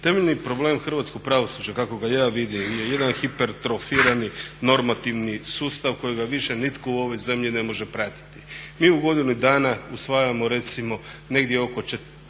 Temeljni problem hrvatskog pravosuđa kako ga ja vidim je jedan hipertrofirani normativni sustav kojega više nitko u ovoj zemlji ne može pratiti. Mi u godinu dana usvajamo recimo negdje oko